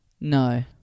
No